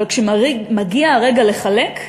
אבל כשמגיע הרגע לחלק,